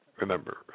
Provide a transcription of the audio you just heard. Remember